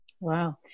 Wow